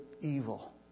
evil